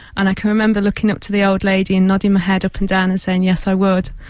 and i can remember looking up to the old lady and nodding my head up and down and saying, yes, i would.